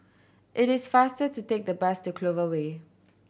it is faster to take the bus to Clover Way